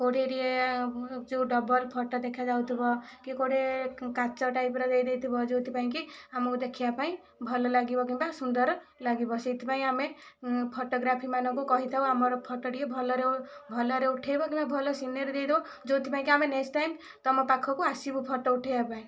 କେଉଁଠି ଟିକିଏ ଯେଉଁ ଡବଲ ଫଟୋ ଦେଖାଯାଉଥିବ କି କେଉଁଠି କାଚ ଟାଇପର ଦେଇଦେଇଥିବ ଯୋଉଥିପାଇଁକି ଆମକୁ ଦେଖିବାପାଇଁ ଭଲ ଲାଗିବ କିମ୍ବା ସୁନ୍ଦର ଲାଗିବ ସେଇଥିପାଇଁ ଆମେ ଫଟୋଗ୍ରାଫି ମାନଙ୍କୁ କହିଥାଉ ଆମର ଫଟୋ ଟିକିଏ ଭଲରେ ଭଲରେ ଉଠେଇବ କିମ୍ବା ଭଲ ସିନେରି ଦେଇଦେବ ଯୋଉଥିପାଇଁ କି ଆମେ ନେକ୍ସ୍ଟ ଟାଇମ ତୁମ ପାଖକୁ ଆସିବୁ ଫଟୋ ଉଠେଇବା ପାଇଁ